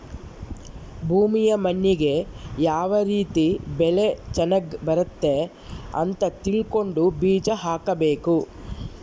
ಭೂಮಿಯ ಮಣ್ಣಿಗೆ ಯಾವ ರೀತಿ ಬೆಳೆ ಚನಗ್ ಬರುತ್ತೆ ಅಂತ ತಿಳ್ಕೊಂಡು ಬೀಜ ಹಾಕಬೇಕು